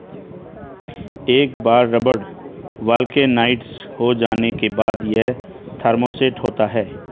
एक बार rubber vulcanised हो जाने के बाद, यह थर्मोसेट होता है